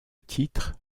titre